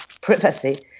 privacy